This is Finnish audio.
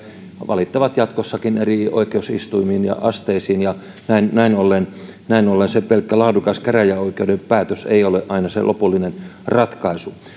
valittavat jatkossakin eri oikeusistuimiin ja asteisiin ja näin ollen näin ollen se pelkkä laadukas käräjäoikeuden päätös ei ole aina se lopullinen ratkaisu